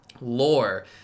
lore